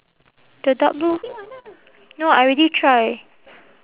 the dark blue no I already try